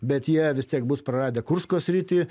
bet jie vis tiek bus praradę kursko sritį